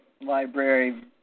library